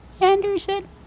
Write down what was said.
Anderson